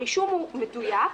הרישום הוא מדויק,